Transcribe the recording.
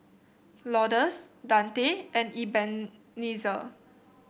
Lourdes Dante and Ebenezer